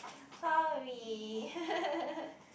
sorry